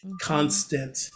constant